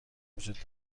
وجود